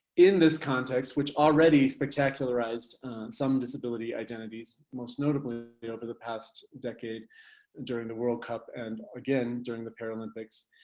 in this context, which already spectacularised some disability identities, most notably over the past decade and during the world cup and again during the paralympics,